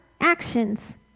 actions